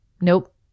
Nope